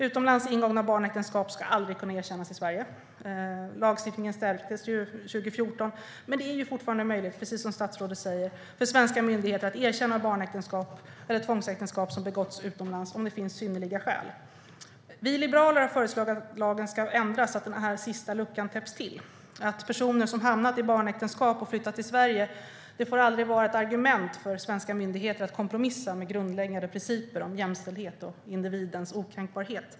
Utomlands ingångna barnäktenskap ska aldrig kunna erkännas i Sverige. Lagstiftningen stärktes 2014, men det är fortfarande möjligt - precis som statsrådet säger - för svenska myndigheter att erkänna barnäktenskap eller tvångsäktenskap som ingåtts utomlands, om det finns synnerliga skäl. Vi liberaler har föreslagit att lagen ska ändras så att den sista luckan täpps till. Personer som hamnat i barnäktenskap och flyttat till Sverige får aldrig vara ett argument för svenska myndigheter att kompromissa om grundläggande principer om jämställdhet och individens okränkbarhet.